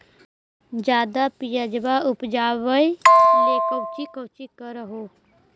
ज्यादा प्यजबा उपजाबे ले कौची कौची कर हो?